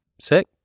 Sick